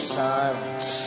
silence